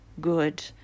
good